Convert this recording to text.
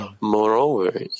Moreover